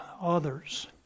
others